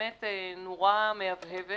באמת נורה מהבהבת